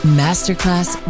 masterclass